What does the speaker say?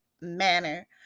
manner